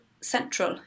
central